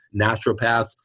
naturopaths